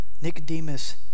Nicodemus